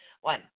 One